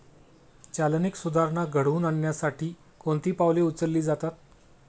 चालनीक सुधारणा घडवून आणण्यासाठी कोणती पावले उचलली जातात?